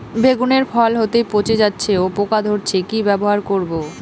বেগুনের ফল হতেই পচে যাচ্ছে ও পোকা ধরছে কি ব্যবহার করব?